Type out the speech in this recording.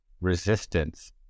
resistance